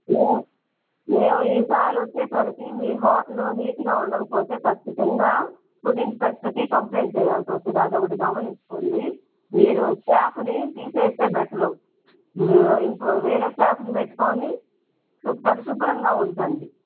మేము మేము ఈసారి వచ్చేసరికి మీ హోటలు నీట్గా ఉండకపోతే ఖచ్చితంగా ఫుడ్ ఇన్స్స్పెక్టర్కి కంప్లెయింట్ చేయాల్సి వస్తుంది అది ఒకటి గమనించుకోండి మీరు స్టాఫ్ని తీసేస్తే బెటరు మీరు ఇంకో వేరే స్టాఫ్ని పెట్టుకుని శుభ్ర పరిశుభ్రంగా ఉంచండి